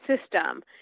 system